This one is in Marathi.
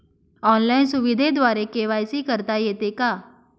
ऑनलाईन सुविधेद्वारे के.वाय.सी करता येते का?